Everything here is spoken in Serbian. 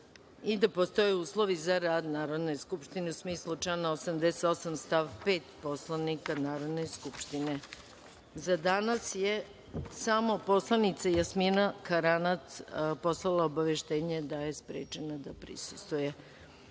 i da postoje uslovi za rad Narodne skupštine, u smislu člana 88. stav 5. Poslovnika Narodne skupštine.Za danas je samo poslanica Jasmina Karanac poslala obaveštenje da je sprečena da prisustvuje ovom